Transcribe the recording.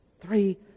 Three